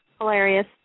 Hilarious